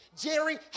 Jerry